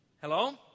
Hello